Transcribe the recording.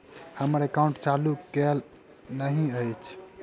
हम्मर एकाउंट चालू केल नहि अछि?